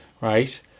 Right